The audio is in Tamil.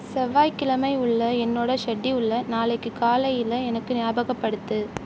செவ்வாய்க்கிழமை உள்ள என்னோட ஷெட்யூலில் நாளைக்கு காலையில் எனக்கு ஞாபகப்படுத்து